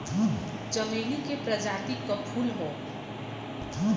चमेली के प्रजाति क फूल हौ